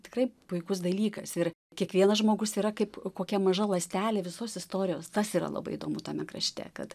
tikrai puikus dalykas ir kiekvienas žmogus yra kaip kokia maža ląstelė visos istorijos tas yra labai įdomu tame krašte kad